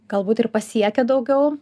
galbūt ir pasiekia daugiau